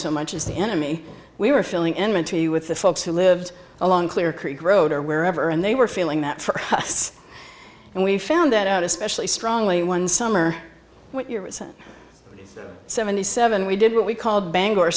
so much as the enemy we were feeling enmity with the folks who lived along clear creek road or wherever and they were feeling that for us and we found that out especially strongly one summer what year was sent seventy seven we did what we called bangor